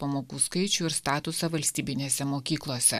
pamokų skaičių ir statusą valstybinėse mokyklose